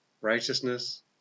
righteousness